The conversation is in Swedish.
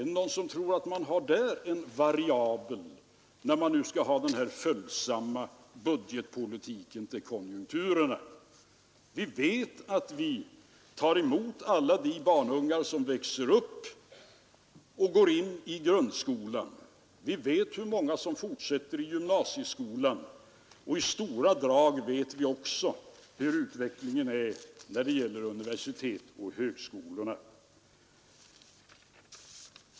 Är det någon som tror att man i dessa har en variabel när man nu skall bedriva en till konjunkturerna följsam budgetpolitik? Som bekant tar vi emot alla de barn som kommer upp i skolåldern i grundskolan. Vi vet hur många som fortsätter till gymnasieskolan, och i stora drag vet vi också hur utvecklingen är när det gäller universiteten och högskolorna.